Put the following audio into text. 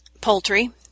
poultry